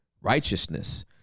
righteousness